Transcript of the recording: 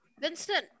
Vincent